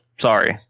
sorry